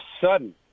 sudden